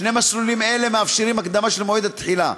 שני מסלולים אלה מאפשרים הקדמה של מועד התחילה.